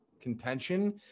contention